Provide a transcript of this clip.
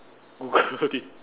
googled it